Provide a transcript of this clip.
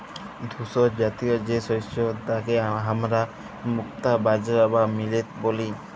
ধূসরজাতীয় যে শস্য তাকে হামরা মুক্তা বাজরা বা মিলেট ব্যলি